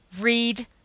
read